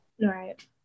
Right